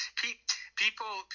people